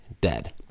dead